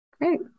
Great